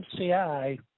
MCI